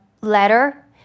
letter